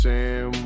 Sam